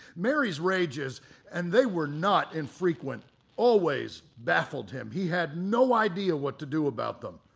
mary's rages and they were not infrequent always baffled him. he had no idea what to do about them.